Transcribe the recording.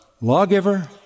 lawgiver